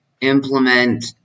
implement